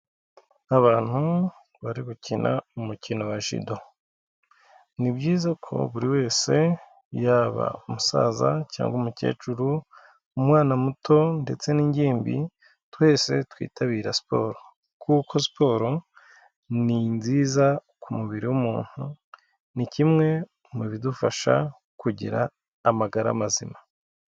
Abantu bari gukina umukino wa jido. Ni byiza ko buri wese yaba umusaza cyangwa umukecuru, umwana muto ndetse n'ingimbi twese twitabira siporo. Kuko siporo ni nziza ku mubiri w'umuntu, ni kimwe mu bidufasha kugira amagara mazima.